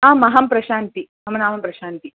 आम् अहं प्रशान्ती मम नाम प्रशान्ती